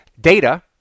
data